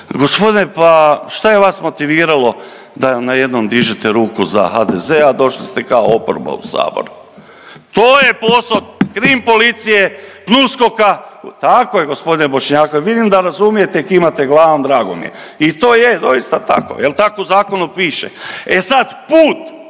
gospodine pa šta je vas motiviralo da najednom dižete ruku za HDZ, a došli ste kao oporba u Sabor? To je posao krim policije, PNUSKOK-a. Tako je gospodine Bošnjaković. Vidim da razumijete, kimate glavom, drago mi je. I to je doista tako jer tako u zakonu piše. E sad put